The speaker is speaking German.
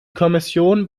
kommission